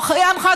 או אם חד-הורית,